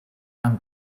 amb